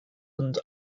island